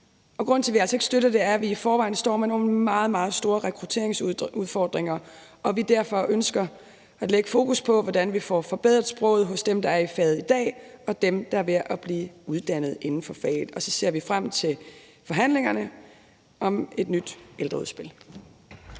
og grunden til, at vi altså ikke støtter det, er, at vi i forvejen står med nogle meget, meget store rekrutteringsudfordringer, og vi ønsker derfor at lægge fokus på, hvordan vi får forbedret sproget hos dem, der er i faget i dag, og dem, der er ved at blive uddannet inden for faget, og så ser vi frem til forhandlingerne om et nyt ældreudspil.